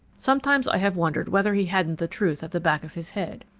sometimes i have wondered whether he hadn't the truth at the back of his head.